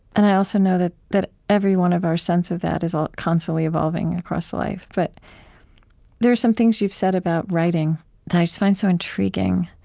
and i also know that that every one of our sense of that is ah constantly evolving across life. but there are some things you've said about writing that i just find so intriguing.